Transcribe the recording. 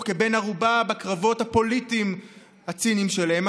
כבן ערובה בקרבות הפוליטיים הציניים שלהם.